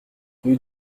rue